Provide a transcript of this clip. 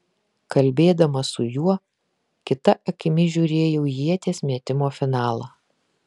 kalbėdama su juo kita akimi žiūrėjau ieties metimo finalą